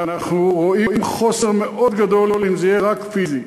אנחנו רואים חוסר מאוד גדול אם זה יהיה רק פיזי.